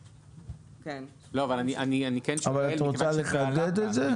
את רוצה לחדד את זה?